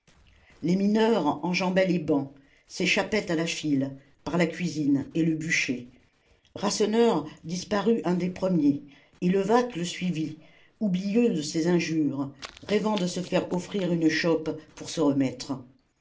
les mineurs enjambaient les bancs s'échappaient à la file par la cuisine et le bûcher rasseneur disparut un des premiers et levaque le suivit oublieux de ses injures rêvant de se faire offrir une chope pour se remettre